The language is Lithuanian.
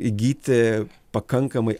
įgyti pakankamai